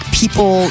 people